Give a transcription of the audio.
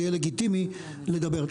זה יהיה לגיטימי לדבר.